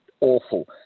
awful